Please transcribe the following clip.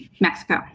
Mexico